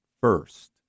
First